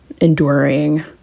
enduring